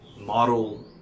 model